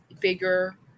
bigger